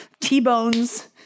T-Bone's